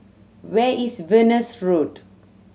where is Venus Road